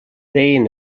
deien